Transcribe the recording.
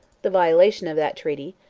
the violation of that treaty,